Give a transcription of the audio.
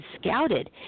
scouted